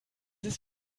ist